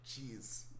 Jeez